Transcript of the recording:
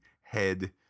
head